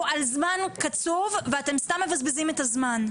אנחנו על זמן קצוב ואתם סתם מבזבזים את הזמן.